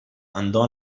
andò